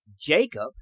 Jacob